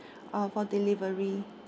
uh for delivery